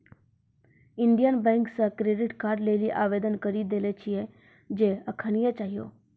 Indian Bank से credit card लेली आवेदन करी देले छिए जे एखनीये चाहियो